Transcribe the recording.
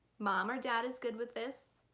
mom or dad is good with this,